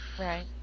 Right